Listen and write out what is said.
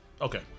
Okay